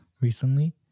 recently